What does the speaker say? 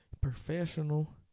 professional